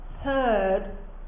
heard